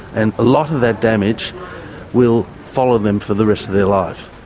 and a lot of that damage will follow them for the rest of their life.